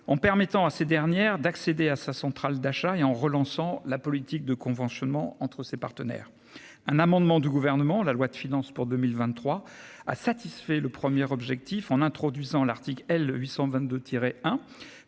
en permettant à ces dernières d'accéder à sa centrale d'achat et en relançant la politique de conventionnement entre ses partenaires. Un amendement du gouvernement, la loi de finances pour 2023, a satisfait le premier objectif en introduisant l'Arctique L